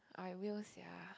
I will sia